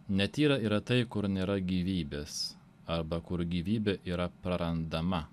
netyra yra tai kur nėra gyvybės arba kur gyvybė yra prarandama